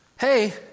hey